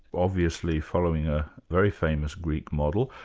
obviously following a very famous greek model.